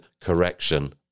correction